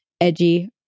edgy